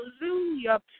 hallelujah